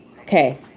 Okay